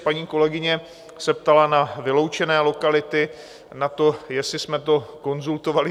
Paní kolegyně se ptala na vyloučené lokality, na to, jestli jsme to s nimi konzultovali.